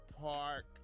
Park